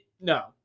No